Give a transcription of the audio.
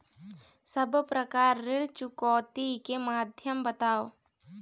सब्बो प्रकार ऋण चुकौती के माध्यम बताव?